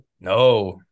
No